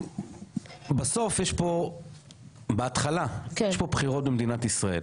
אבל בהתחלה יש פה בחירות במדינת ישראל.